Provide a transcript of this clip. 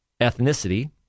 ethnicity